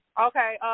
Okay